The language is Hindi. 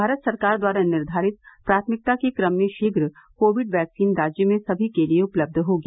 भारत सरकार द्वारा निर्धारित प्राथमिकता के क्रम में शीघ्र कोविड वैक्सीन राज्य में सभी के लिये उपलब्ध होगी